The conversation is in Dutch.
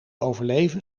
overleven